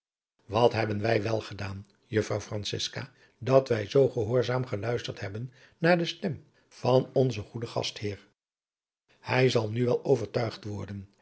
wat hebben wij wel gedaan juffrouw francisca dat wij zoo gehoorzaam geluisterd hebben naar de stem van onzen goeden gastheer hij zal nu wel overtuigd worden